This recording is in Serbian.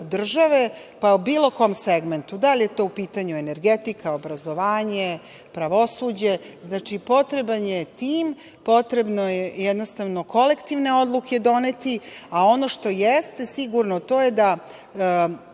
pa u bilo kom segmentu, da li je to u pitanju energetika, obrazovanje, pravosuđe. Znači, potreban je tim, potrebno je jednostavno kolektivne odluke doneti, a ono što je ste sigurno, to je da